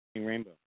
Rainbow